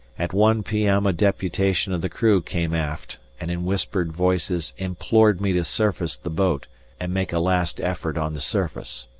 at one p m. a deputation of the crew came aft, and in whispered voices implored me to surface the boat and make a last effort on the surface.